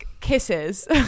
Kisses